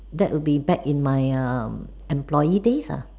that would be back in my um employee days ah